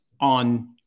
on